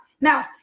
Now